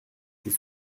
ses